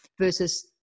versus